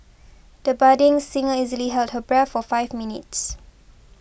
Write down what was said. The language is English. the budding singer easily held her breath for five minutes